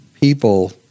people